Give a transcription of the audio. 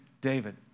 David